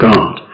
God